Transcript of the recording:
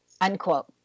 unquote